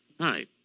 hi